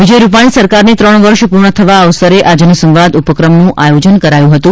વિજય રૂપાણી સરકારને ત્રણ વર્ષ પૂર્ણ થયા અવસરે આ જનસંવાદ ઉપક્રમનું આયોજન કરાયું હતું